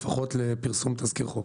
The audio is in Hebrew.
לפחות לפרסום תזכיר חוק.